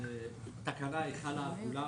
התקנה חלה על כולם.